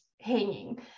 hanging